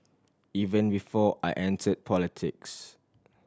even before I entered politics